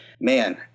Man